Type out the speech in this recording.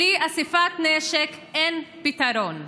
בלי איסוף הנשק, אין פתרון.